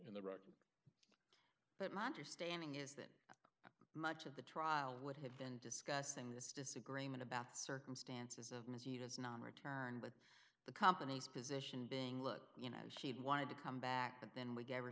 in the record but my understanding is that much of the trial would have been discussing this disagreement about circumstance of mosquitoes non return with the company's position being look you know she wanted to come back but then we gave her